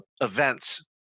events